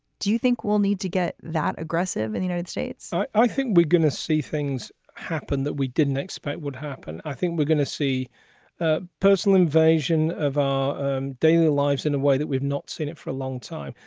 do you think we'll need to get that aggressive in and united states? i think we're going to see things happen that we didn't expect would happen. i think we're going to see ah personal invasion of our and daily lives in a way that we've not seen it for a long time.